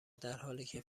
درحالیکه